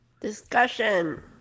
discussion